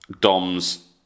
Dom's